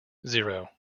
zero